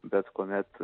bet kuomet